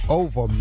over